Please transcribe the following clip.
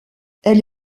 elle